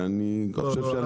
ואני חושב -- לא,